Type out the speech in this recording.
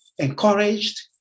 encouraged